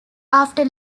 after